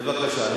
בבקשה.